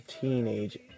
teenage